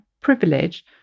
privilege